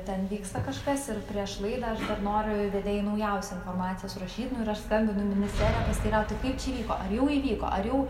ten vyksta kažkas ir prieš laidą aš dar noriu vedėjai naujausią informaciją surašyt nu ir aš skambinu į ministeriją pasiteirauti kaip čia įvyko ar jau įvyko ar jau